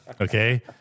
okay